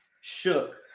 Shook